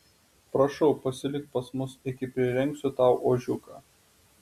prašau pasilik pas mus iki prirengsiu tau ožiuką